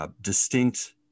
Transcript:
Distinct